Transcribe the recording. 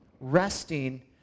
resting